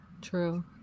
True